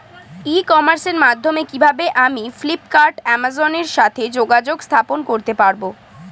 ই কমার্সের মাধ্যমে কিভাবে আমি ফ্লিপকার্ট অ্যামাজন এর সাথে যোগাযোগ স্থাপন করতে পারব?